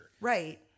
right